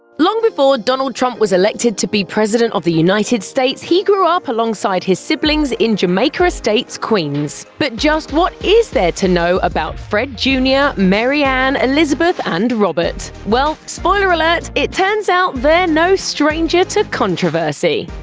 long before donald trump was elected to be president of the united states, he grew up alongside his siblings in jamaica estates, queens. but just what is there to know about fred jr, maryanne, elizabeth, and robert? well, spoiler alert it turns out they're no strangers to controversy.